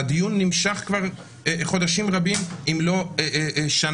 והדיון נמשך כבר חודשים רבים אם לא שנה,